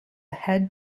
head